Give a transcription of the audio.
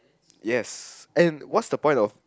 yes and what's the point of